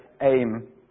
aim